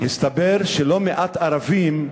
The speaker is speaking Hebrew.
הסתבר שלא מעט ערבים,